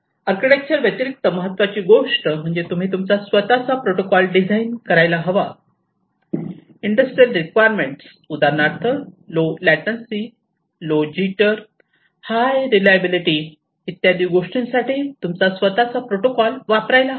architecture व्यतिरिक्त महत्त्वाची गोष्ट म्हणजे तुम्ही तुमचा स्वतःचा प्रोटोकॉल डिझाईन करायला हवा इंडस्ट्रियल रिक्वायरमेंट उदाहरणार्थ low latency jitter high reliability इत्यादी गोष्टींसाठी तुमचा स्वतःचा प्रोटोकॉल वापरायला हवा